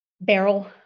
barrel